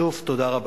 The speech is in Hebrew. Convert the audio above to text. שוב, תודה רבה.